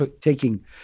taking